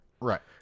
Right